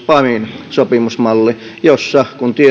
pamin sopimusmalli jossa kun